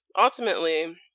ultimately